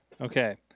Okay